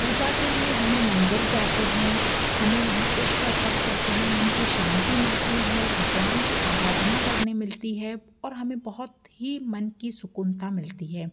पूजा के लिए हम मंदिर जाते हैं हम वहाँ पुष्प अर्पित करते हैं मन की शांति मिलती है भगवान की अराधना करने मिलती है और हमें बहुत ही मन की सुकूनता मिलती है